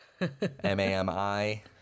M-A-M-I